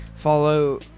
follow